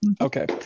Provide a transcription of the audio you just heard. Okay